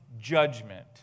judgment